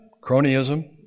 cronyism